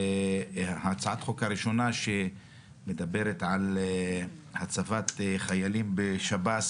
הצעת החוק הראשונה שמדברת על הצבת חיילים בשב"ס